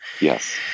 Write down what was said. Yes